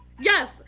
yes